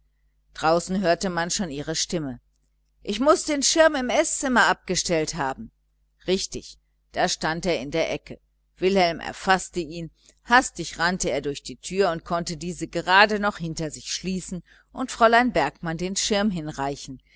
draußen hörte man auch schon ihre stimme ich muß den schirm im eßzimmer abgestellt haben richtig da stand er in der ecke wilhelm erfaßte ihn blitzschnell rannte er durch die türe und konnte diese gerade noch hinter sich schließen und fräulein bergmann den schirm hinreichen